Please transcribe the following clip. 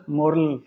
moral